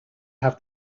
have